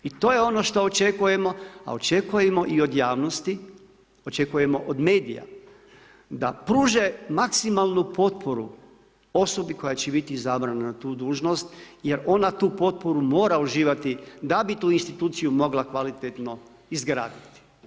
I to je ono što očekujemo a očekujemo i od javnosti, očekujemo od medija da pruže maksimalnu potporu osobi koja će biti izabrana na tu dužnost jer ona tu potporu mora uživati da bi tu instituciju mogla kvalitetno izgraditi.